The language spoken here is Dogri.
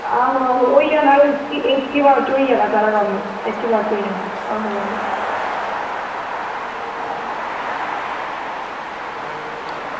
आहो आहो होई जाना ई इक्क ई बार च होई जाना साढ़ा कम्म इक्क ई बार च होई जाना आहो आहो